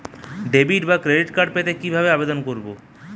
Debit বা credit card পেতে কি ভাবে আবেদন করব?